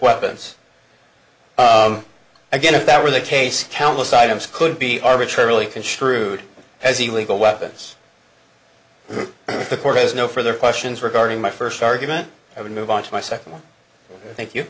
weapons again if that were the case countless items could be arbitrarily construed as the legal weapons if the court has no further questions regarding my first argument i would move on to my second thank you